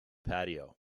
patio